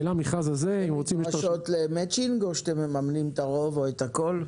הן נדרשות למצ'ינג או שאתם מממנים את הרוב או הכול?